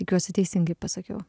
tikiuosi teisingai pasakiau